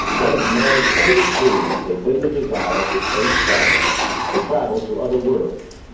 one of man's oldest dreams has been the desire for space travel to travel to other worlds.